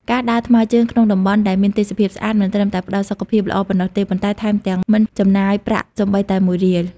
ការដើរថ្មើរជើងក្នុងតំបន់ដែលមានទេសភាពស្អាត មិនត្រឹមតែផ្តល់សុខភាពល្អប៉ុណ្ណោះទេ ប៉ុន្តែថែមទាំងមិនចំណាយប្រាក់សូម្បីតែមួយរៀល។